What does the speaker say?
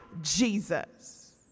Jesus